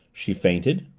she feinted.